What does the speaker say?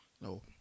no